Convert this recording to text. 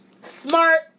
smart